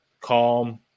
calm